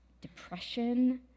depression